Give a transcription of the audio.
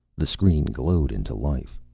the screen glowed into life.